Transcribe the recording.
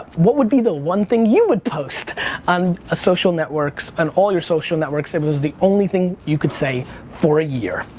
what would be the one thing you would post on a social network, on all your social networks, if it was the only thing you could say for a year?